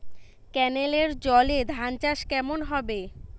কেনেলের জলে ধানচাষ কেমন হবে?